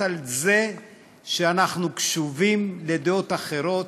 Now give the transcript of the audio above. על זה שאנחנו קשובים לדעות אחרות,